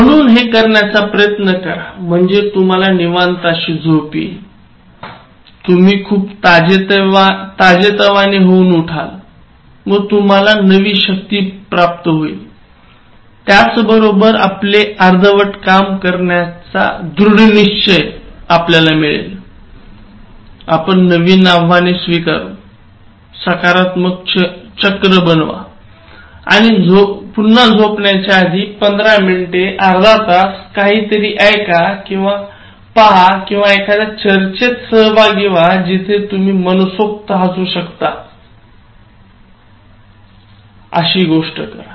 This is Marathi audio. म्हणून हे करण्याचा प्रयत्न करा म्हणजे तुम्हाला निवांत अशी झोप येईल तुम्ही खूप ताजेतवाने होऊन उठाल व तुम्हाला नवी शक्ती प्राप्त होईल त्याचबरोबर आपले अर्धवट काम करण्याचा दृढनिश्चय मिळेल नवीन आव्हाने स्वीकारा सकारात्मक चक्र बनवा आणि पुन्हा झोपायच्या आधी 15 मिनिटे अर्धा तास काहीतरी ऐका किंवा पहा किंवा एखाद्या चर्चेत सहभागी व्हा जिथे तुम्ही मनसोक्त हसू शकता अशी गोष्ट करा